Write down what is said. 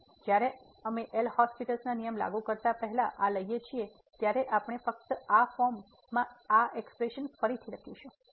તેથી જ્યારે અમે એલ'હોસ્પિટલL'hospital's નિયમ લાગુ કરતા પહેલા આ લઈએ છીએ ત્યારે આપણે ફક્ત આ ફોર્મમાં આ એક્સ્પ્રેશન ફરીથી લખીશું